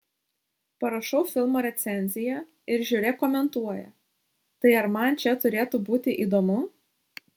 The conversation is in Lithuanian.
parašau filmo recenziją ir žiūrėk komentuoja tai ar man čia turėtų būti įdomu